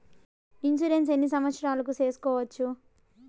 Insurance ఎన్ని సంవత్సరాలకు సేసుకోవచ్చు?